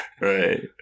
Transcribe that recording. Right